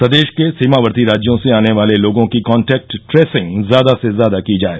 प्रदेश के सीमावर्ती राज्यों से आने वाले लोगों की कॉन्टैक्ट ट्रेसिंग ज्यादा से ज्यादा की जाए